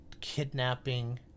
kidnapping